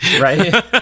Right